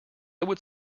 would